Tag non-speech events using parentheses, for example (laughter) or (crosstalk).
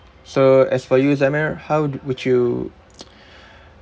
so as for you zamir how would you (noise) (breath)